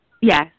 Yes